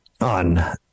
on